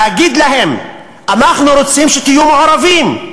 להגיד להם: אנחנו רוצים שתהיו מעורבים,